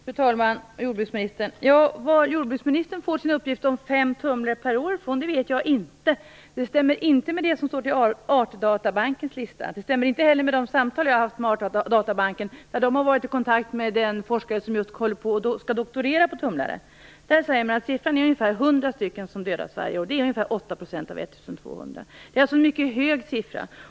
Fru talman! Jordbruksministern! Var jordbruksministern får sin uppgift om fem tumlare per år ifrån vet jag inte. Det stämmer inte med det som står i Artdatabankens lista. Det stämmer inte heller med de samtal jag har haft med Artdatabanken, där man har varit i kontakt med en forskare som just skall doktorera på tumlare. Man säger där att ungefär hundra dödas varje år, och det är ca 8 % av 1 200. Det är alltså en mycket hög siffra.